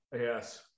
yes